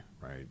right